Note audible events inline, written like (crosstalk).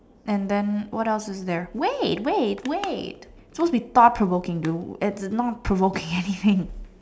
and then what else was there wait wait wait it's supposed to be thought provoking dude it is not provoking anything (laughs)